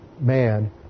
man